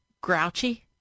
grouchy